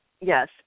yes